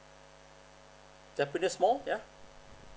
tampines mall yeah